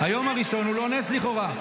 היום הראשון הוא לא נס, לכאורה.